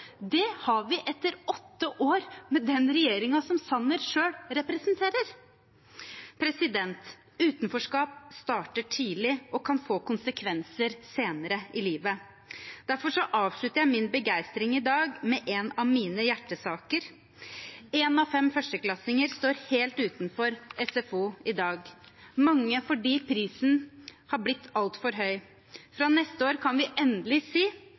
har vi etter åtte år med den regjeringen som Sanner selv representerer. Utenforskap starter tidlig og kan få konsekvenser senere i livet. Derfor avslutter jeg min begeistring i dag med en av mine hjertesaker. Én av fem førsteklassinger står helt utenfor SFO i dag – mange fordi prisen har blitt altfor høy. Fra neste år kan vi endelig si